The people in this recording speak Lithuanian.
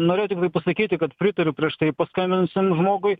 norėjau tiktai pasakyti kad pritariu prieš tai paskambinusiam žmogui